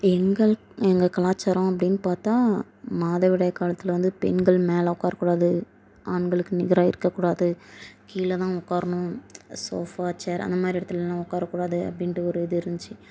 எங்கள் எங்கள் கலாச்சாரம் அப்படினு பார்த்தா மாதவிடாய் காலத்துல வந்து பெண்கள் மேலே உட்காரக் கூடாது ஆண்களுக்கு நிகராக இருக்கக் கூடாது கீழே தான் உட்காரணும் ஷோஃபா சேர் அந்த மாதிரி இடத்துலலாம் உட்காரக் கூடாது அப்படின்ட்டு ஒரு இது இருந்துச்சு